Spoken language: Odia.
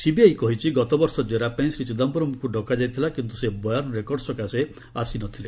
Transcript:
ସିବିଆଇ କହିଛି ଗତବର୍ଷ ଜେରା ପାଇଁ ଶ୍ରୀ ଚିଦାୟରମଙ୍କୁ ଡକାଯାଇଥିଲା କିନ୍ତୁ ସେ ବୟାନ ରେକର୍ଡ ସକାଶେ ଆସିନଥିଲେ